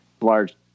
large